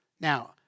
Now